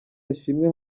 ashimwe